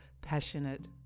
passionate